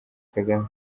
kagame